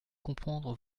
comprendre